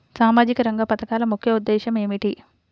సామాజిక రంగ పథకాల ముఖ్య ఉద్దేశం ఏమిటీ?